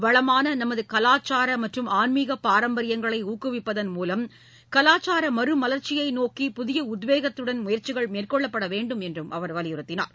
வளமான நமது கலாச்சார மற்றும் ஆன்மீக பாரம்பரியங்களை ஊக்குவிப்பதன் மூலம் கலாச்சார மறுமலர்ச்சியை நோக்கி புதிய உத்வேகத்துடன் முயற்சிகள் மேற்கொள்ளப்பட வேண்டும் என்றும் அவர் வலியுறுத்தினார்